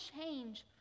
change